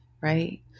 Right